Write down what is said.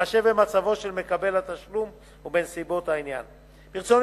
בהתחשב במצבו של מקבל התשלום ובנסיבות העניין.